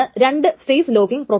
അത് x നെ റീഡു ചെയ്യുന്നു